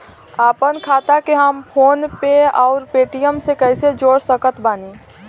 आपनखाता के हम फोनपे आउर पेटीएम से कैसे जोड़ सकत बानी?